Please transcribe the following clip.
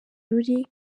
ruri